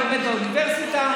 אתה לא תגיד על הפנסיות.